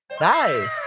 Nice